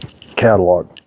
catalog